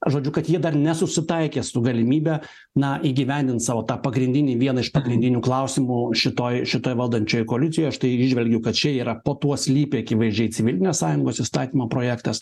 žodžiu kad jie dar nesusitaikė su galimybe na įgyvendint savo tą pagrindinį vieną iš pagrindinių klausimų šitoj šitoj valdančioj koalicijoj aš tai įžvelgiu kad čia yra po tuo slypi akivaizdžiai civilinės sąjungos įstatymo projektas